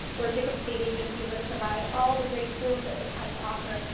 where different state agencies would provide all the great tools that they had to offer,